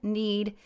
need